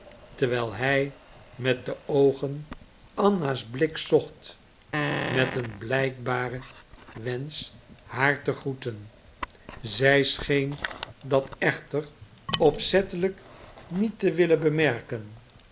terwijl hij met de oogen anna's blik zocht met een blijkbaren wensch haar te groeten zij scheen dat echter opzettelijk niet te willen bemerken